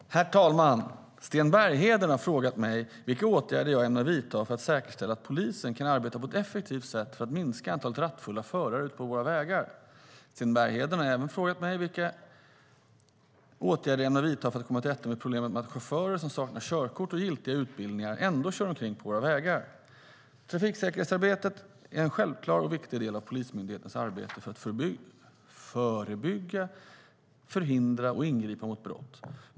Herr talman! Sten Bergheden har frågat mig vilka åtgärder jag ämnar vidta för att säkerställa att polisen kan arbeta på ett effektivt sätt för att minska antalet rattfulla förare ute på våra vägar. Sten Bergheden har även frågat vilka åtgärder jag ämnar vidta för att komma till rätta med problemet att chaufförer som saknar körkort och giltiga utbildningar ändå kör omkring på våra vägar. Trafiksäkerhetsarbetet är en självklar och viktig del av Polismyndighetens arbete för att förebygga, förhindra och ingripa mot brott.